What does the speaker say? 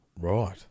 Right